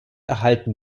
erhalten